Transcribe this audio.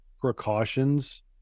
precautions